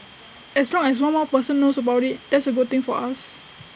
as long as one more person knows about IT that's A good thing for us